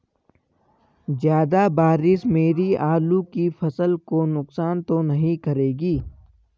ज़्यादा बारिश मेरी आलू की फसल को नुकसान तो नहीं करेगी?